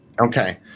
Okay